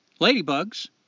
Ladybugs